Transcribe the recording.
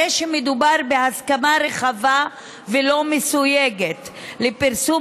הרי שמדובר בהסכמה רחבה ולא מסויגת לפרסום